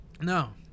No